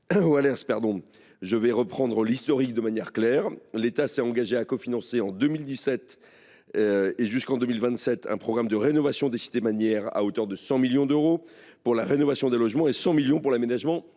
je reprendrai l’historique de manière claire. L’État s’est engagé à cofinancer de 2017 à 2027 un programme de rénovation des cités minières, à hauteur de 100 millions d’euros pour la rénovation des logements et de 100 millions d’euros pour l’aménagement